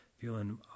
feeling